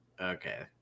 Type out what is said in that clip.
okay